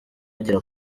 agera